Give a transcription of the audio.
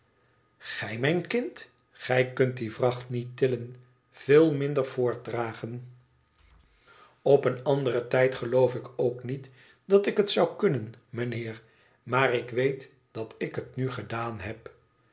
gij mijn kind gij kunt die vracht niet tillen veel minder voortdragen op een anderen tijd geloof ik ook niet dat ik het zou kunnen mijnheer maar ik weet dat ik het nu gedaan heb